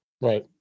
right